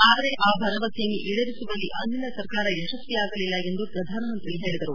ಆದರೆ ಆ ಭರವಸೆಯನ್ನು ಈಡೇರಿಸುವಲ್ಲಿ ಅಂದಿನ ಸರ್ಕಾರ ಯಶಸ್ವಿಯಾಗಲಿಲ್ಲ ಎಂದು ಪ್ರಧಾನಮಂತ್ರಿ ಹೇಳಿದರು